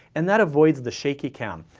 and that avoids the shaky cam.